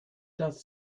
does